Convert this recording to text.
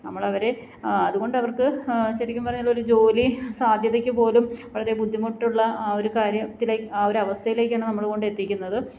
നമ്മളവരെ അതുകൊണ്ടവർക്ക് ശരിക്കും പറഞ്ഞാൽ ഒരു ജോലി സാധ്യതയ്ക്ക് പോലും വളരെ ബുദ്ധിമുട്ടുള്ള ആ ഒരു കാര്യത്തിലേക്ക് ആ ഒരു അവസ്ഥയിലേക്കാണ് നമ്മള് കൊണ്ടെത്തിക്കുന്നത്